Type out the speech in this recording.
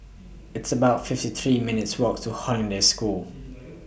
It's about fifty three minutes' Walk to Hollandse School